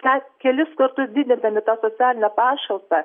kas kelis kartus didindami tą socialinę pašalpą